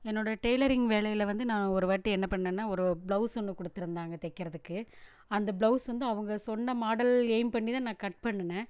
என்னோடய டெய்லரிங் வேலையில் வந்து நான் ஒரு வாட்டி என்ன பண்ணேன்னா ஒரு பிளவுஸ் ஒன்று கொடுத்துருந்தாங்க தைக்கிறதுக்கு அந்த பிளவுஸ் வந்து அவங்க சொன்ன மாடல் எயிம் பண்ணிதான் நான் கட் பண்ணினேன்